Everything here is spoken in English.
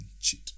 cheat